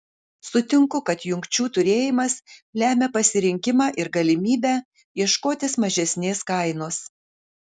sutinku kad jungčių turėjimas lemia pasirinkimą ir galimybę ieškotis mažesnės kainos